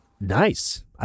nice